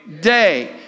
day